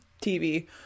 TV